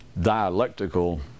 dialectical